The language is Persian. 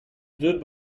زود